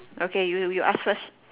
okay you you ask first